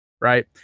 Right